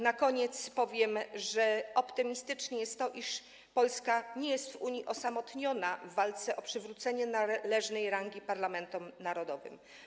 Na koniec powiem, że optymistyczne jest to, iż Polska nie jest w Unii osamotniona w walce o przywrócenie należnej rangi parlamentom narodowym.